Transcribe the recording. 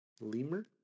Lemur